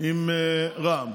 עם רע"מ.